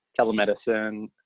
telemedicine